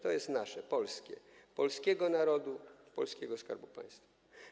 To jest nasze, polskie, polskiego narodu, polskiego Skarbu Państwa.